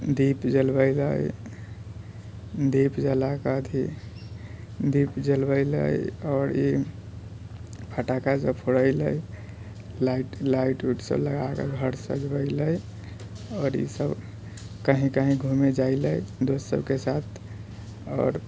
दीप जलबै ले दीप जला कऽ अथी दीप जलबै ले अथी आओर ई फटाका जब फोड़ेले लाइट लाइट उट सब लगाके घर सजबै ले आओर ई सब कहीं कहीं घुमि जाइ ले दोस्त सबके साथ आओर